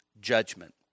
judgment